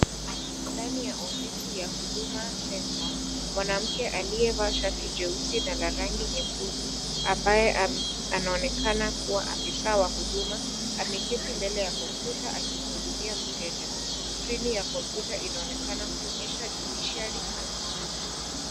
Ndani ya ofisi ya Huduma Center, Mwanamke aliyeyevaa shati jeusi na la rangi nyekundu, ambaye anaonekana kuwa afisa wa huduma, akeketi mbele ya komputa akimuhudumia mteja. Skrini ya komputa inaonekana kuonyesha(cs) judiciary services(cs) .